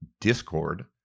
Discord